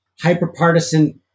Hyperpartisan